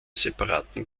separaten